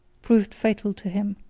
proved fatal to him.